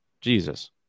Jesus